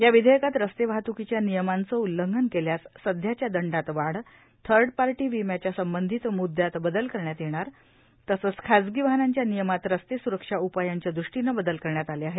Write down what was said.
या विधेयकात रस्ते वाहत्कीच्या नियमांचं उल्लंघन केल्यास सध्याच्या दंशात वाढर थर्प पार्टी विम्या संबंधिच्या मुदयात बदल करण्यात येणार तसंचए खाजगी वाहनांच्या नियमात रस्ते स्रक्षा उपयांच्या दृष्टीनं बदल करण्यात आले आहेत